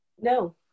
No